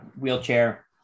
wheelchair